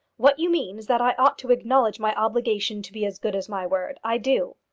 what you mean is that i ought to acknowledge my obligation to be as good as my word. i do.